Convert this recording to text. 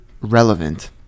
relevant